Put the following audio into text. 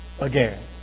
again